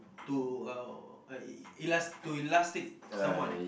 to uh uh E E elas~ to elastic someone